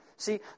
See